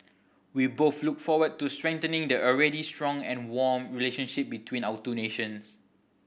we both look forward to strengthening the already strong and warm relationship between our two nations